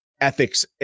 ethics